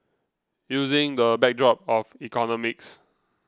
using the backdrop of economics